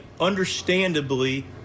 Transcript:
understandably